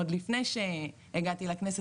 עוד לפני שהגעתי לכנסת,